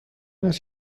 است